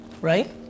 Right